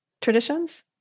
traditions